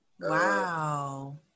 Wow